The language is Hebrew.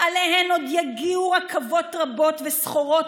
שעליהן עוד יגיעו רכבות רבות וסחורות